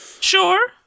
Sure